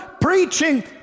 Preaching